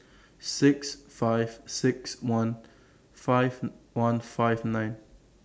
six five six one five one five nine